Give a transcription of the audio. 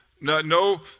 no